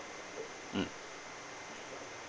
mm